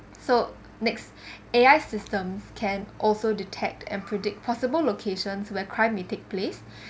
so next A_I system can also detect and predict possible locations where crime may take place